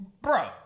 bro